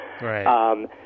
Right